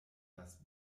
das